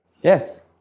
yes